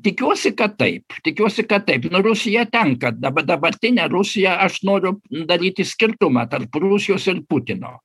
tikiuosi kad taip tikiuosi kad taip nu rusija tenka daba dabartinę rusiją aš noriu daryti skirtumą tarp rusijos ir putino